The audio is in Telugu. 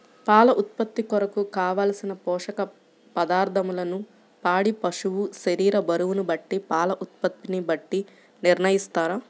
పాల ఉత్పత్తి కొరకు, కావలసిన పోషక పదార్ధములను పాడి పశువు శరీర బరువును బట్టి పాల ఉత్పత్తిని బట్టి నిర్ణయిస్తారా?